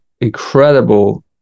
incredible